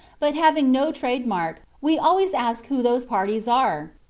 but having no trade-mark, we always ask who those parties are.